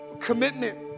Commitment